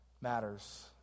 matters